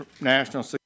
national